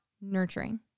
nurturing